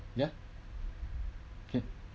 ya okay